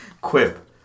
quip